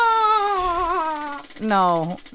No